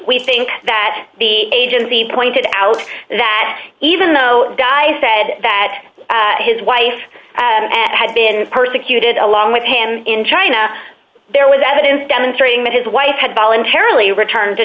we think that the agency pointed out that even though di said that his wife had been persecuted along with him in china there was evidence demonstrating that his wife had voluntarily returned to